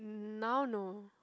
now no